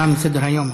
מסדר-היום.